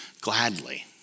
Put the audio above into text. gladly